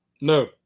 No